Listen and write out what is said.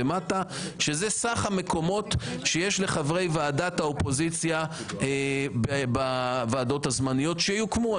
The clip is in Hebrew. שזה סך המקומות שיש לחברי ועדת האופוזיציה בוועדות הזמניות שיוקמו.